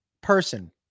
person